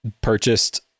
purchased